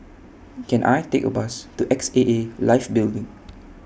Can I Take A Bus to X A A Life Building